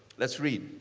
let's read.